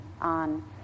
on